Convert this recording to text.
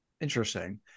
Interesting